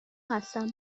هستم